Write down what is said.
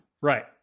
Right